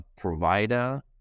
provider